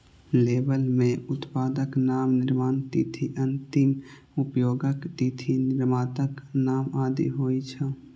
label मे उत्पादक नाम, निर्माण तिथि, अंतिम उपयोगक तिथि, निर्माताक नाम आदि होइ छै